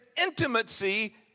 intimacy